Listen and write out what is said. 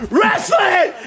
Wrestling